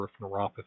neuropathy